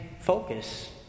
focus